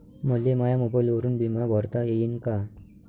मले माया मोबाईलवरून बिमा भरता येईन का?